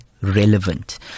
relevant